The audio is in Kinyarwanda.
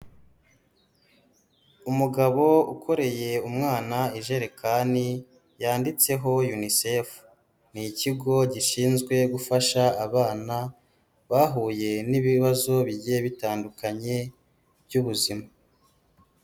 Umugabo ukoreye umwana ijerekani yanditseho Unicef, ni ikigo gishinzwe gufasha abana bahuye n'ibibazo bigiye bitandukanye by'ubuzima.